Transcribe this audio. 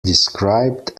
described